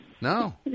No